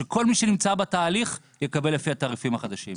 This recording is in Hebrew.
שכל מי שנמצא בתהליך יקבל לפי התעריפים החדשים.